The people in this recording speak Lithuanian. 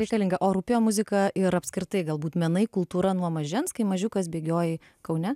reikalinga o rūpėjo muzika ir apskritai galbūt menai kultūra nuo mažens kai mažiukas bėgiojai kaune